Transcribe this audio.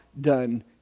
done